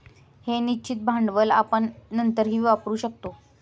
हे निश्चित भांडवल आपण नंतरही वापरू शकता